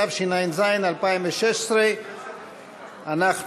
התשע"ז 2016,